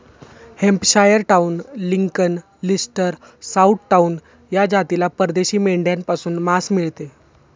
Hampshire Down, Lincoln, Leicester, South Down या जातीला परदेशी मेंढ्यांपासून मांस मिळते